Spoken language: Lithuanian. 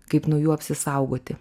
kaip nuo jų apsisaugoti